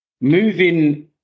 moving